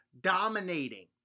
dominating